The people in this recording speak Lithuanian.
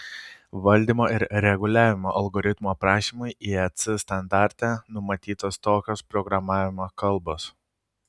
valdymo ir reguliavimo algoritmų aprašymui iec standarte numatytos tokios programavimo kalbos